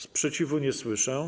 Sprzeciwu nie słyszę.